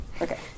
Okay